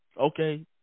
Okay